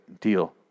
Deal